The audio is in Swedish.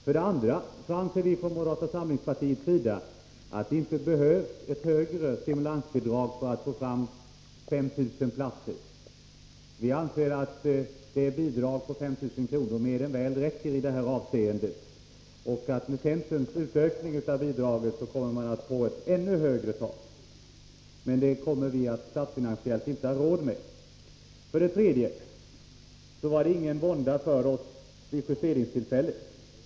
För det andra: Vi inom moderata samlingspartiet anser att det inte behövs ett högre stimulansbidrag för att få fram 5 000 platser. Vi anser att bidraget på 5 000 kr. mer än väl räcker i det avseendet. Med centerns utökning av bidraget kommer vi att få ett ännu högre tal, men det kommer vi inte statsfinansiellt att ha råd med. För det tredje: Det var ingen vånda för oss vid justeringstillfället.